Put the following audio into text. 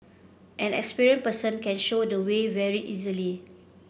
an experienced person can show the way very easily